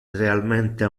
realmente